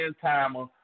Timer